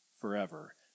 forever